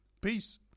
Peace